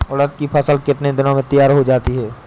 उड़द की फसल कितनी दिनों में तैयार हो जाती है?